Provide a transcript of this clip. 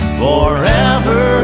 forever